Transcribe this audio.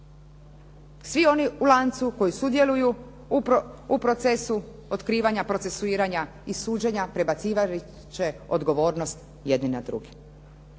svi oni u lancu koji sudjeluju u procesu otkrivanja procesuiranja i suđenja prebacivat će odgovornost jedni na druge.